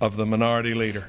of the minority leader